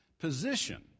position